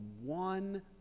one